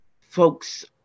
folks